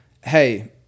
hey